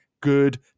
good